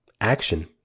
action